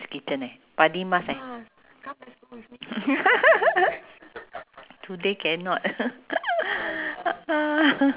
oh both also can ya but depends depends if let's say if let's say at home I eat rice already right if I go out like